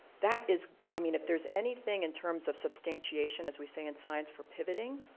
that is, i mean if there is anything in terms of substantiation as we say in science for pivoting,